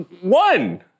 One